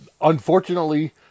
unfortunately